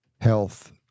Health